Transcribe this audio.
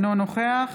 אינו נוכח